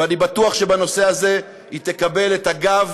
ואני בטוח שבנושא הזה היא תקבל את הגב